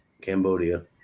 Cambodia